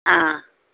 ஆ